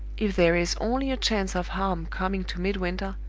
if there is only a chance of harm coming to midwinter,